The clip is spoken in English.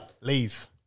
leave